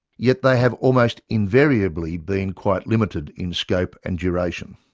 yet they have almost invariably been quite limited in scope and duration.